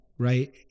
right